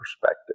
perspective